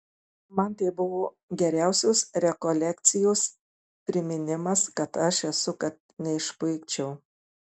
man tai buvo geriausios rekolekcijos priminimas kas aš esu kad neišpuikčiau